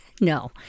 no